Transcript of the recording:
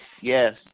yes